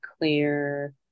clear